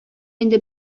инде